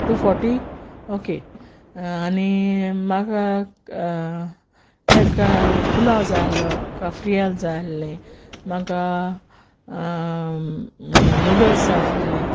two forty okay आनी म्हाका एक पुलांव जाय आहलो काफ्रियाल जाय आहले म्हाका नुडल्स जाय आहले